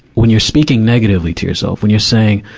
when you're speaking negatively to yourself, when you're saying,